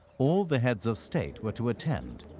all the heads of state were to attend,